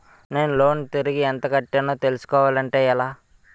నేను లోన్ తిరిగి ఎంత కట్టానో తెలుసుకోవాలి అంటే ఎలా?